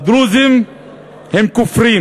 הדרוזים הם כופרים,